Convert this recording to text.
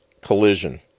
collision